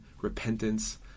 repentance